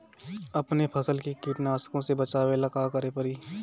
अपने फसल के कीटनाशको से बचावेला का करे परी?